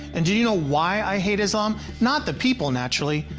and do you know why i hate islam? not the people naturally,